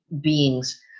beings